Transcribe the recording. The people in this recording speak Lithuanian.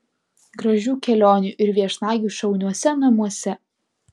gražių kelionių ir viešnagių šauniuose namuose